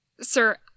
Sir